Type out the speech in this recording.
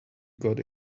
got